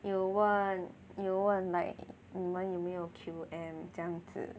有我有问 like 你们有没有 Q_M 这样子